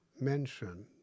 mention